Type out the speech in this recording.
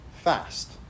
fast